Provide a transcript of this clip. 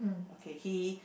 okay he